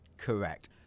Correct